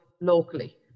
locally